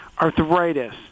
arthritis